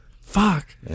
Fuck